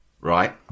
Right